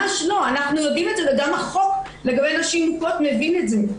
אנחנו יודעים את זה וגם החוק לגבי נשים מוכות מבין את זה.